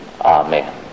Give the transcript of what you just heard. Amen